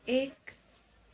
एक